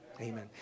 Amen